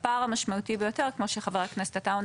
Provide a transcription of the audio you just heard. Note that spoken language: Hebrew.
והפער המשמעותי ביותר הוא כמו שאמר חבר הכנסת עטאונה,